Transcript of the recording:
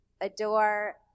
adore